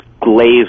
glaze